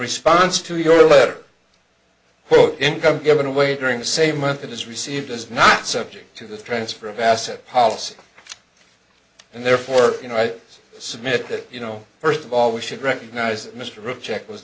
response to your letter income given away during the same month that is received is not subject to the transfer of asset policy and therefore you know i submit that you know first of all we should recognize mr object was